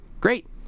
great